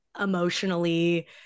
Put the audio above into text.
emotionally